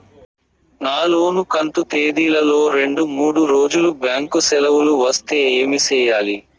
నా లోను కంతు తేదీల లో రెండు మూడు రోజులు బ్యాంకు సెలవులు వస్తే ఏమి సెయ్యాలి?